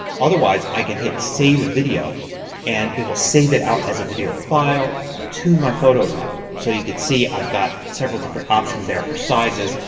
otherwise i can hit save video and it will save it out as a video file to my photos app. so you can see i've got several different options there for sizes.